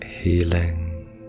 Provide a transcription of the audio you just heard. healing